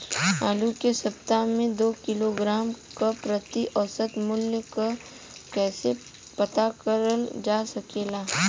आलू के सप्ताह में दो किलोग्राम क प्रति औसत मूल्य क कैसे पता करल जा सकेला?